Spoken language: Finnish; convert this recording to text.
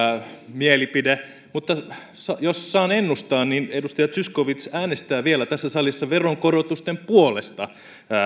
mielipide mutta jos saan ennustaa niin edustaja zyskowicz äänestää vielä tässä salissa veronkorotusten puolesta